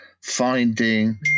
finding